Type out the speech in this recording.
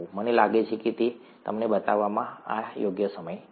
મને લાગે છે કે તમને તે બતાવવાનો આ યોગ્ય સમય છે